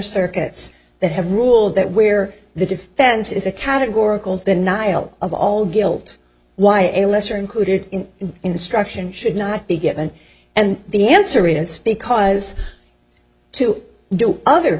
circuits that have ruled that where the defense is a categorical denial of all guilt why a lesser included instruction should not be given and the answer is because to do other